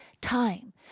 time